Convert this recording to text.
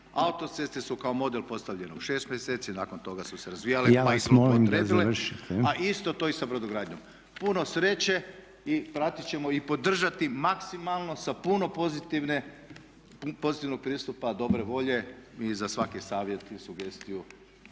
Autoceste su kao model postavljene u 6 mjeseci, nakon toga su se razvijale i … …/Upadica: Ja vas molim završite./… …/Govornik se ne razumije./… a isto to i sa brodogradnjom. Puno sreće i pratiti ćemo i podržati maksimalno sa puno pozitivnog pristupa, dobre volje i za svaki saziv, sugestiju